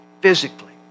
physically